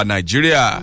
Nigeria